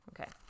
Okay